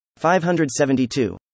572